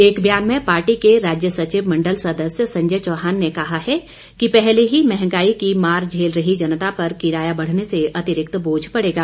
एक ब्यान में पार्टी के राज्य सचिव मंडल सदस्य संजय चौहान ने कहा है कि पहले ही मंहगाई की मार झेल रही जनता पर किराया बढ़ने से अतिरिक्त बोझ पड़ेगा